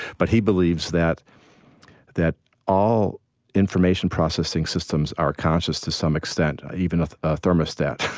but he believes that that all information processing systems are conscious to some extent, even a thermostat.